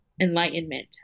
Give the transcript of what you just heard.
enlightenment